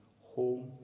home